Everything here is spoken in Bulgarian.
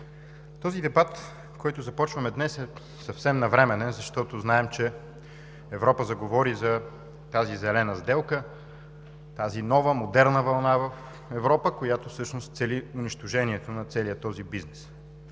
този дебат, който започваме днес, е съвсем навременен, защото знаем, че Европа заговори за тази зелена сделка, тази нова модерна вълна в Европа, която всъщност цели унищожението на целия този бизнес.